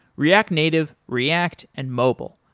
react native, react and mobile,